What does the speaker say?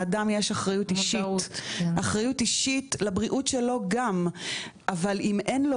לאדם יש אחריות אישית לבריאות שלו גם אבל אם אין לו